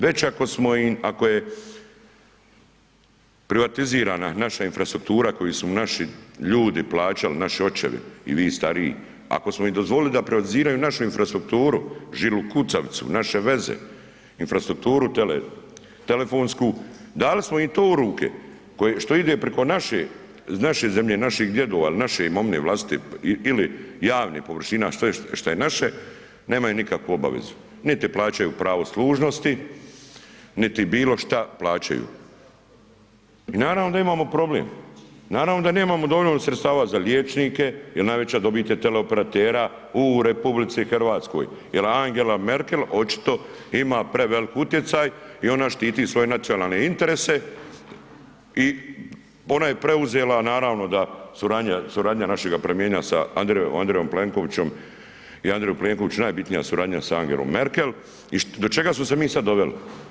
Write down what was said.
Već ako smo im, ako je privatizirana naša infrastruktura koju su naši ljudi plaćali, naši očevi i vi stariji, ako smo im dozvolili da privatiziraju našu infrastrukturu, žilu kucavicu, naše veze, infrastrukturu tele, telefonsku, dali smo im to u ruke što ide priko naše, iz naše zemlje, naših djedova il naše imovine vlastite ili javni površina, sve šta je naše, nemaju nikakvu obavezu, niti plaćaju pravo služnosti, niti bilo šta plaćaju i naravno da imamo problem, naravno da nemamo dovoljno sredstava za liječnike jel najveća dobit je tele operatera u RH jel Angela Merkel očito ima prevelik utjecaj i ona štiti svoje nacionalne interese i ona je preuzela, naravno da suradnja, suradnja našega premijera sa Andrejom Plenkovićem i Andreju Plenkoviću najbitnija suradnja sa Angelom Merkel i do čega smo se mi sad doveli?